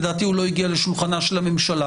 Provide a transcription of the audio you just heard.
לדעתי הוא לא הגיע לשולחנה של הממשלה,